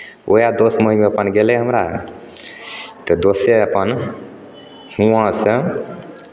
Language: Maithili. उएह दोस्त महिम अपन गेलै हमरा तऽ दोसे अपन हुआँसँ